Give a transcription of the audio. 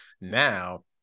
Now